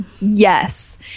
yes